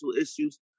issues